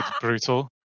brutal